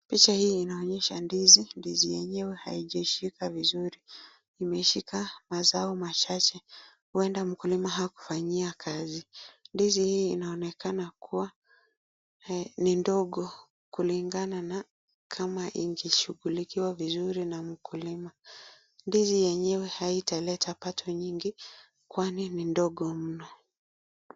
Picha hii inaonyesha ndizi. Ndizi yenyewe haijashika vizuri. Imeshika mazao machache. Huenda mkulima hakufanyia kazi. Ndizi hii inaonekana kua ni ndogo kulingana na kama ingeshughuliwa vizuri na mkulima. Ndizi yenyewe haitaleta pato nyingi kwani ni ndogo mno.